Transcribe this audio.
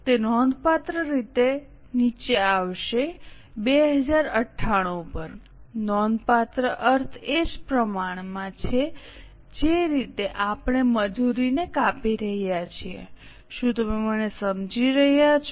તે નોંધપાત્ર રીતે નીચે આવશે 2098 પર નોંધપાત્ર અર્થ એ જ પ્રમાણમાં જે રીતે આપણે મજૂરીને કાપી રહ્યા છીએ શું તમે મને સમજી રહ્યા છો